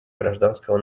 гражданского